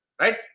Right